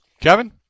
Kevin